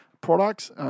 products